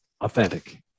authentic